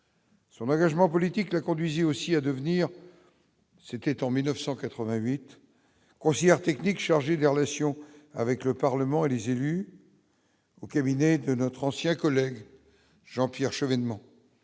Son engagement politique, la conduisit aussi à devenir, c'était en 1988 considère technique chargé des relations avec le Parlement et les élus au cabinet de notre ancien collègue Jean-Pierre Chevènement,